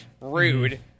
Rude